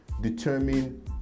determine